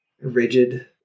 rigid